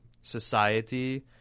society